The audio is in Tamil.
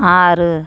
ஆறு